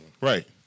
Right